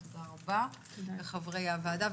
תודה רבה לחברי הוועדה.